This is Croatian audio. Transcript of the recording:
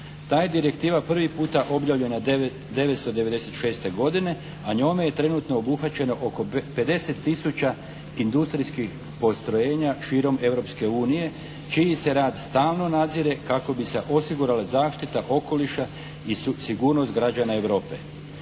Ta je direktiva prvi puta objavljena 1996. godine a njome je trenutno obuhvaćeno oko 50 tisuća industrijskih postrojenja širom Europske unije čiji se rad stalno nadzire kako bi se osigurale zaštita okoliša i sigurnost građana Europe.